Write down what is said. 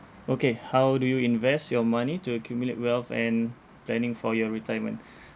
okay how do you invest your money to accumulate wealth and planning for your retirement